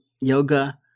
yoga